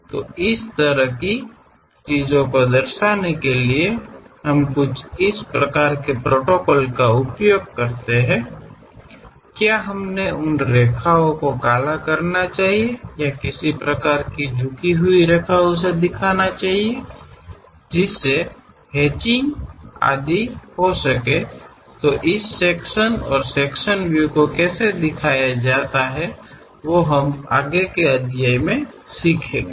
तो इस तरह की चीजों दर्शाने के लिए हम कुछ इस प्रकार के प्रोटोकॉल का उपयोग करते हैं क्या हमें उन रेखाओं को काला करना चाहिए या किसी प्रकार की झुकी हुई रेखाओं को दिखाना चाहिए जिससे हैचिंग आदि हो सके तो इस सेक्शन और सेक्शन व्यू को कैसे दिखाया जाता हैं वो हम आगे के अध्याय मे सीखेंगे